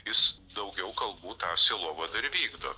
jis daugiau kalbų tą sielovadą vykdo